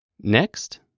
Next